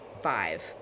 five